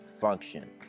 function